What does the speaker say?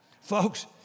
Folks